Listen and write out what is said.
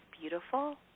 beautiful